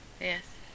Yes